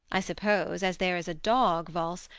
i suppose as there is a dog valse,